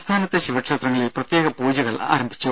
സംസ്ഥാനത്തെ ശിവക്ഷേത്രങ്ങളിൽ പ്രത്യേക പൂജകൾ ആരംഭിച്ചു